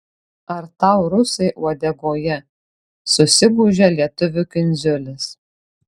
ar tau rusai uodegoje susigūžia lietuvių kindziulis